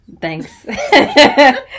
Thanks